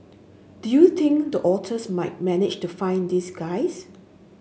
do you think the otters might manage to find these guys